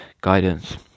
guidance